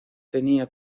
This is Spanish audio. tenía